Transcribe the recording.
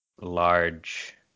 large